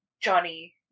Johnny